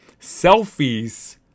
selfies